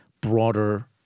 broader